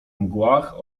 mgłach